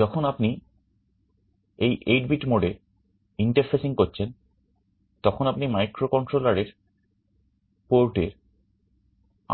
যখন আপনি এই 8 বিট মোডে ইন্টারফেসিং করছেন তখন আপনি মাইক্রোকন্ট্রোলারের পোর্ট এর